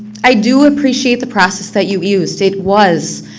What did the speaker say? i do appreciate the process that you used. it was,